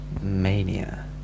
mania